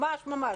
ממש.